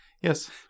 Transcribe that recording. Yes